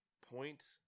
point